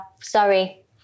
sorry